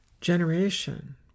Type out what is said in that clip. generation